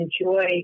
enjoy